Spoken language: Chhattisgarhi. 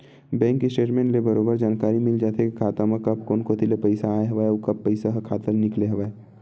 बेंक स्टेटमेंट ले बरोबर जानकारी मिल जाथे के खाता म कब कोन कोती ले पइसा आय हवय अउ कब पइसा ह खाता ले निकले हवय